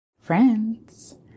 Friends